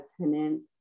tenant